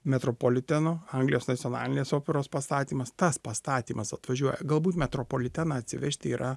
metropoliteno anglijos nacionalinės operos pastatymas tas pastatymas atvažiuoja galbūt metropoliteną atsivežti yra